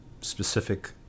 specific—